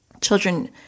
children